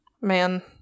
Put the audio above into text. Man